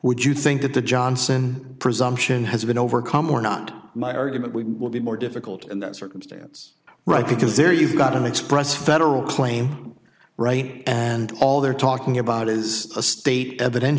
would you think that the johnson presumption has been overcome or not my argument we will be more difficult in that circumstance right because there you've got an express federal claim right and all they're talking about is a state